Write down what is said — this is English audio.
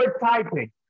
typing